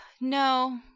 no